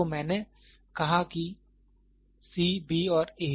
तो मैंने कहा है कि C B और A